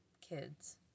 kids